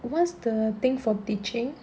what's the thing for teaching